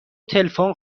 تلفن